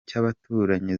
cy’abaturanyi